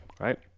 Right